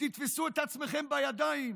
תתפסו את עצמכם בידיים,